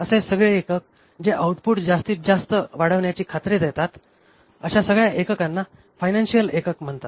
असे सगळे एकक जे आऊटपुट जास्तीत जस वाढवण्याची खात्री देतात असे सगळ्या एककांना फायनान्शिअल एकक म्हणतात